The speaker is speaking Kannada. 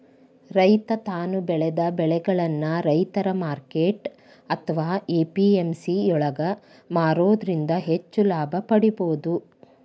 ರೈತ ತಾನು ಬೆಳೆದ ಬೆಳಿಗಳನ್ನ ರೈತರ ಮಾರ್ಕೆಟ್ ಅತ್ವಾ ಎ.ಪಿ.ಎಂ.ಸಿ ಯೊಳಗ ಮಾರೋದ್ರಿಂದ ಹೆಚ್ಚ ಲಾಭ ಪಡೇಬೋದು